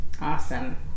Awesome